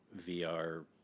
vr